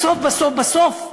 בסוף, בסוף, בסוף,